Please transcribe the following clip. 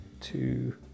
two